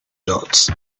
dots